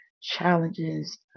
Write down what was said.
challenges